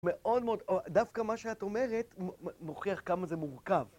מאוד מאוד או דווקא מה שאת אומרת מוכיח כמה זה מורכב.